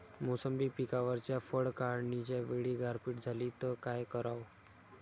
मोसंबी पिकावरच्या फळं काढनीच्या वेळी गारपीट झाली त काय कराव?